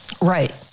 Right